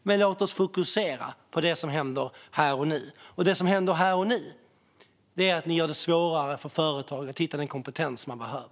Men låt oss fokusera på det som händer här och nu, och det som händer här och nu är att ni gör det svårare för företag att hitta den kompetens man behöver.